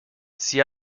sie